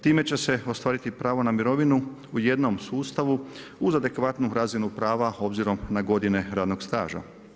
Time će se ostvariti pravo na mirovinu u jednom sustavu uz adekvatnu razinu prava obzirom na godine radnog staža.